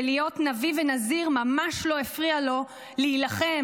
שלהיות נביא ונזיר ממש לא הפריע לו להילחם,